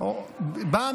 (תיקון,